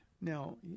Now